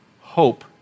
hope